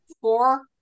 four